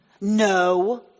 no